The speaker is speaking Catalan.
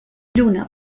lluna